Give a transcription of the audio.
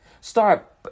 Start